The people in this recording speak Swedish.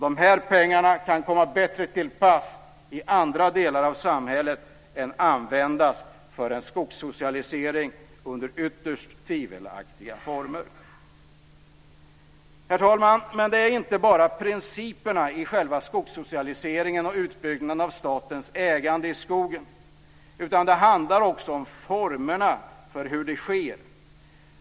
De här pengarna kan komma bättre till pass i andra delar av samhället i stället för att användas för en skogssocialisering under ytterst tvivelaktiga former. Herr talman! Det handlar inte bara om principerna i själva skogssocialiseringen och utbyggnaden av statens ägande i skogen, utan det handlar också om formerna för hur det sker.